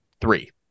three